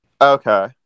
Okay